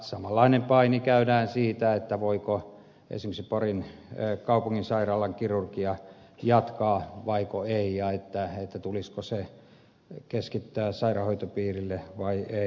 samanlainen paini käydään siitä voiko esimerkiksi porin kaupunginsairaalan kirurgia jatkaa vaiko ei ja tulisiko se keskittää sairaanhoitopiirille vai ei